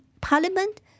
parliament